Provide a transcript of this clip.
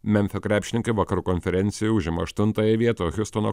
memfio krepšininkai vakarų konferencijoj užima aštuntąją vietą o hiustono